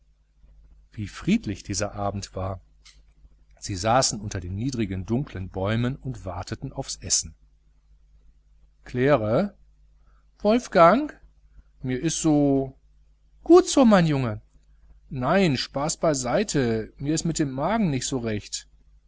wie friedlich dieser abend war sie saßen unter den niedrigen dunklen bäumen und warteten auf das essen claire wolfgang mir ist so gut so mein junge nein spaß beiseite mir ist mit dem magen nicht recht